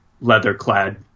leather-clad